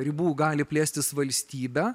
ribų gali plėstis valstybė